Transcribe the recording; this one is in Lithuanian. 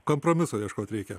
kompromiso ieškot reikia